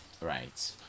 Right